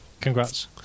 congrats